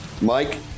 Mike